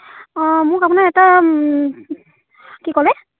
অ' মোক আপোনাৰ এটা কি ক'লে